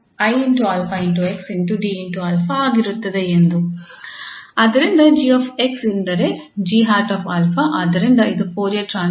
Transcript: ಆದ್ದರಿಂದ ಇದು Fourier transform 𝑔̂ 𝛼